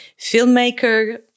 filmmaker